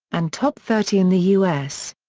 and top thirty in the us.